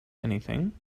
anything